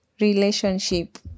relationship